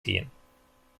gehen